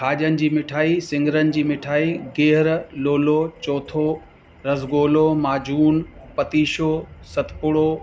खाजनि जी मिठाई सिङरनि जी मिठाई घीहर लोलो चौथो रसगुलो माजून पतीशो सतपुड़ो